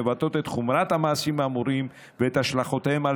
מבטאות את חומרת המעשים האמורים ואת השלכותיהם על